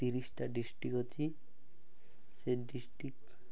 ତିରିଶଟା ଡିଷ୍ଟ୍ରିକ୍ ଅଛି ସେ ଡିଷ୍ଟିକ୍